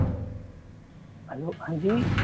hello हाँ जी